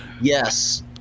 Yes